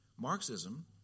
Marxism